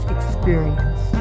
Experience